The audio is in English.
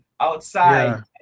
outside